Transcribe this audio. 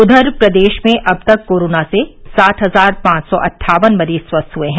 उधर प्रदेश में अब तक कोरोना से साठ हजार पांच सौ अट्ठावन मरीज स्वस्थ हुए हैं